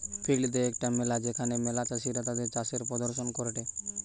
field day একটা মেলা যেখানে ম্যালা চাষীরা তাদির চাষের প্রদর্শন করেটে